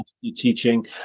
teaching